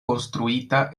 konstruita